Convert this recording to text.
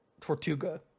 Tortuga